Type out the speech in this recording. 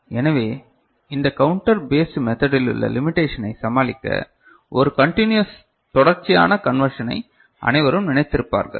எனவே இந்த counter based மெத்தடிலுள்ள லிமிடெஷனை சமாளிக்க ஒரு கன்ட்டினியூஸ் தொடர்ச்சியான கன்வர்ஷனை அனைவரும் நினைத்திருப்பார்கள்